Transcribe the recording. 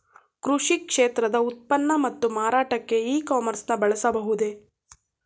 ಕೃಷಿ ಕ್ಷೇತ್ರದ ಉತ್ಪನ್ನ ಮತ್ತು ಮಾರಾಟಕ್ಕೆ ಇ ಕಾಮರ್ಸ್ ನ ಬಳಸಬಹುದೇ?